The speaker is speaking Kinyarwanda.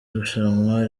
rushanwa